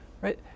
right